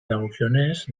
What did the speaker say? dagokionez